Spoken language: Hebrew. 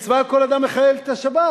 מצווה על כל אדם לחלל את השבת"